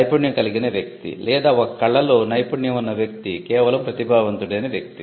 నైపుణ్యం కలిగిన వ్యక్తి లేదా ఒక కళలో నైపుణ్యం ఉన్న వ్యక్తి కేవలం ప్రతిభావంతుడైన వ్యక్తి